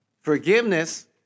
Forgiveness